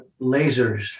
lasers